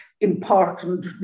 important